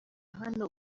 hano